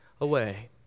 away